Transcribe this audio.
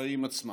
החיים עצמם.